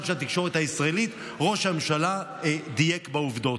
של התקשורת הישראלית: ראש הממשלה דייק בעובדות.